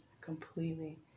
completely